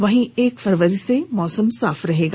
वहीं एक फरवरी से मौसम साफ होगा